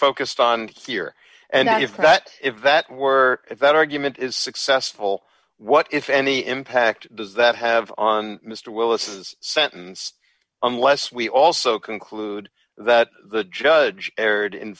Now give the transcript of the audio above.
focused on here and if that if that were if that argument is successful what if any impact does that have on mr willis is sentenced unless we also conclude that the judge erred in